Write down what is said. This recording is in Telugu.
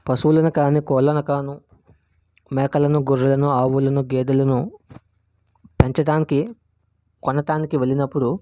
పశువులను కాని కోళ్ళను కాను మేకలను గొర్రెలను ఆవులను గేదెలను పెంచడానికి కొనడానికి వెళ్ళినప్పుడు